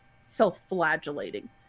self-flagellating